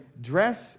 dress